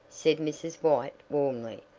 said mrs. white warmly.